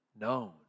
known